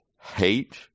hate